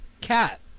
Cat